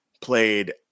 Played